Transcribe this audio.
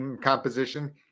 composition